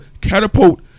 catapult